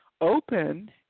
open